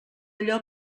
allò